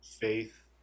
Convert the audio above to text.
faith